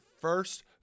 first